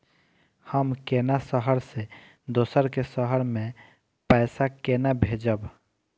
हम केना शहर से दोसर के शहर मैं पैसा केना भेजव?